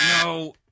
no